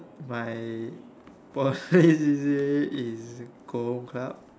my Poly C_C_A is go home club